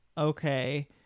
Okay